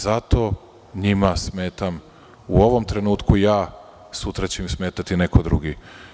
Zato njima smeta u ovom trenutku ja, sutra će im smetati neko drugi.